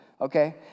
okay